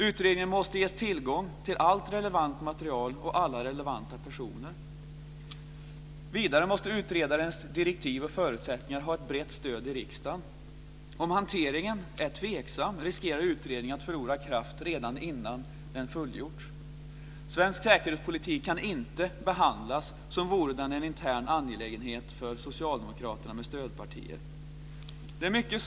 · Utredningen måste ges tillgång till allt relevant material och alla relevanta personer. · Utredarens direktiv och förutsättningar måste ha ett brett stöd i riksdagen. Om hanteringen är tveksam riskerar utredningen att förlora kraft redan innan den fullgjorts. Svensk säkerhetspolitik kan inte behandlas som vore den en intern angelägenhet för socialdemokraterna med stödpartier. Fru talman!